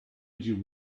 you